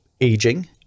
aging